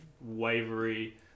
wavery